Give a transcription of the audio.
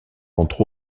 entre